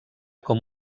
com